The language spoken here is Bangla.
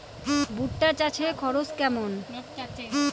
ভুট্টা চাষে খরচ কেমন?